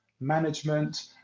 management